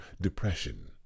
depression